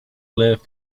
live